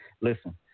listen